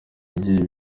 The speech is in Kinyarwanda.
igihe